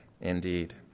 Indeed